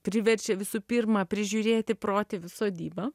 priverčia visų pirma prižiūrėti protėvių sodybą